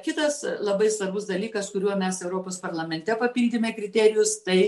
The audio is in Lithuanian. kitas labai svarbus dalykas kuriuo mes europos parlamente papildėme kriterijus tai